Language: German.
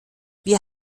wir